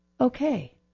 okay